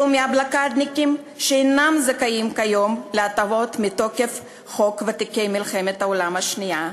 מהבלוקדניקים שאינם זכאים כיום להטבות מתוקף חוק ותיקי מלחמת העולם השנייה,